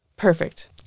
Perfect